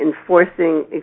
enforcing